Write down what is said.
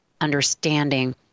understanding